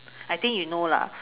I think you know lah